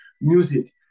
music